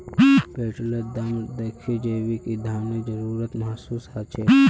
पेट्रोलेर दाम दखे जैविक ईंधनेर जरूरत महसूस ह छेक